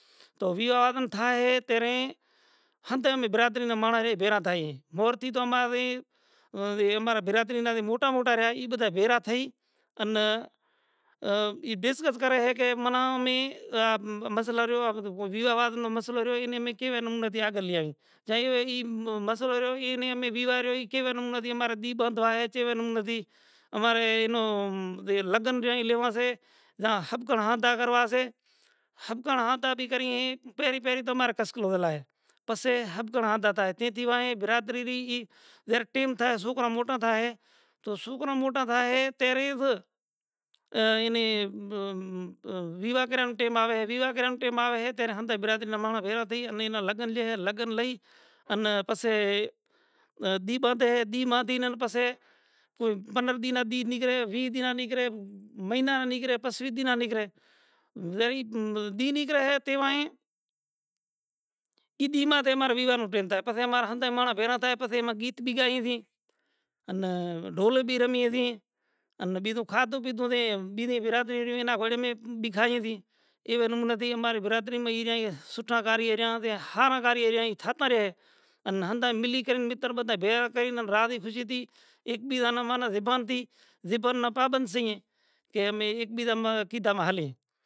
تو ویواہ وادم تھائے تینڑے ھنتیا امے برادری نا ماڑن بھیگا تھائیے مور تھی تو اماری ایما برادری نا موٹا موٹا رہیا ای بھدا بھیرا تھئی انا آ ای ڈیسکس کرے ھے کہ من امے آ مسئلہ رہیو آ بدھو۔ ویواہ واد نو ماسئلو رہیو انے امے کیوا نمرے تھے آگے لی آوی۔ چاھہں ویں آ مسئلہ رہیو اینی امے ویواہ رہیو کیوا نمرو تھی مارو دیپ ھدو آھے کی چیوا نمرو تھی امارے اینو لگن رہی لیو سے جھاں ھبکڑں ھاردہ کروا سے۔ ھبکاں ھاردہ بھی کریئے پیری پیری تو امارے کسکلو آھے۔ پسے ھبکڑں ھاردہ تھائے تے تھی وائیں برادری ہی تارے ٹئم تھائے سوکرا موٹا تھائے، توں سوکرا موٹا تھائے تیارے اِج اینے ویواہ کریا نو ٹئم آوے، ویواہ کریا نو ٹئم آوے تارے ھمدہ برادری نا ماڑاں بھیگا تھئین لگن لئیے ھے۔ لگن لئی ان پسے دیپ آتے ھیں۔ دی ما دنن پسے کوئی پندھر دن نہ دی نگرے، وہیہ دنا نگرے، مہینہ نا نگرے، پہ سوئی دن نگرے، جئی دن نگرے ھے تیوائے ای دن مارے تے امارو ویواہ نو ٹئم تھائے پسے ھمارا ھندا نا مانڑاں بھیگا تھائے پسے ایما گیت بھی گائیے سے انا ڈھول بھی رمیئے سے۔ ان بیجو کھادو پیدھو سے، بیجی برادری رئی انا گوریم بھی کھائیے سے۔ ایوا مونا تھی اماری برادری ما سوٹھا گاریہئے جھاں تھی ھر گاریہئے جائین تھاتا رھے ھے ان ھندہ ملی کرین متّر بدھا بھیگا کرین راجی خوشی تھی اک بیجا نا من زبان تھی زبان نا پابند سیئے کہ امے اک بیجا ما کیدھام ھلے۔